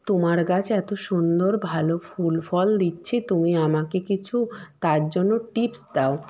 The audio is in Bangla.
তোমার গাছ এত সুন্দর ভালো ফুল ফল দিচ্ছে তুমি আমাকে কিছু তার জন্য টিপস দাও